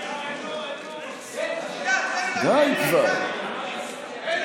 אבידר, תן לו להקריא כבר, די.